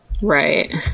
right